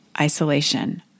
isolation